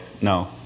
no